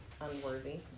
unworthy